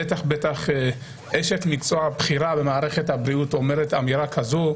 בטח ובטח כשאשת מקצוע בכירה במערכת הבריאות אומרת אמירה כזאת,